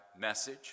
message